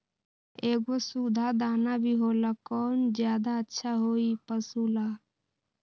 एगो सुधा दाना भी होला कौन ज्यादा अच्छा होई पशु ला?